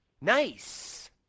Nice